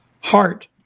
heart